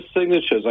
signatures